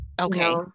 Okay